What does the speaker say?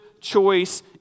choice